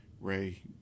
Ray